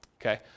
Okay